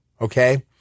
okay